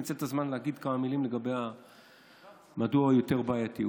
אנצל את הזמן להגיד מדוע הוא יותר בעייתי.